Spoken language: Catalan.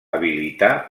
habilitar